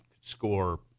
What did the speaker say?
score